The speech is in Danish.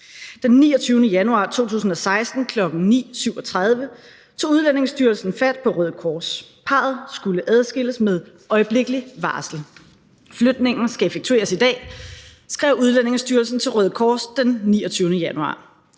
Den 29. januar 2016 kl. 9.37 tog Udlændingestyrelsen fat på Røde Kors. Parret skulle adskilles med øjeblikkeligt varsel. Flytningen skal effektueres i dag, skrev Udlændingestyrelsen til Røde Kors den 29. januar.